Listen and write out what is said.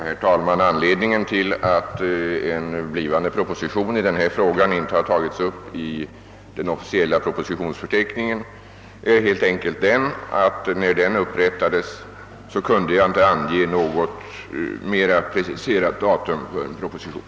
Herr talman! Anledningen till att en kommande proposition i denna fråga inte har tagits upp i den officiella propositionsförteckningen är helt enkelt att när den förteckningen upprättades kunde jag inte ange något mera preciserat datum för propositionen.